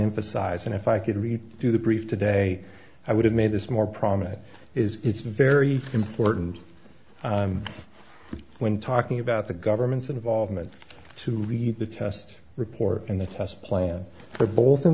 emphasize and if i could read through the brief today i would have made this more prominent is it's very important when talking about the government's involvement to read the test report and the test plan for both in